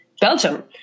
Belgium